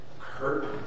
curtain